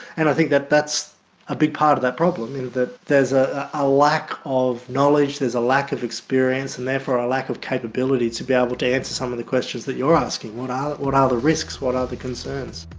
and i think that that's a big part of that problem, that there's a a lack of knowledge, there's a lack of experience and therefore a lack of capability to be able to answer some of the questions you're asking what are what are the risks, what are the concerns?